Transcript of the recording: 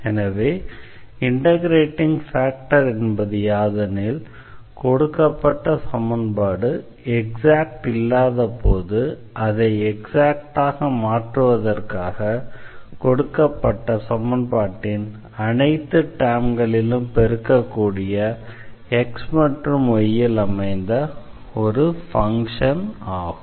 எனவே integrating factor என்பது யாதெனில் கொடுக்கப்பட்ட சமன்பாடு எக்ஸாக்ட் இல்லாதபோது அதை எக்ஸாக்டாக மாற்றுவதற்காக கொடுக்கப்பட்ட சமன்பாட்டின் அனைத்து டெர்ம்களிலும் பெருக்கக்கூடிய x மற்றும் y ல் அமைந்த ஃபங்ஷன் ஆகும்